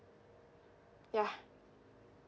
ya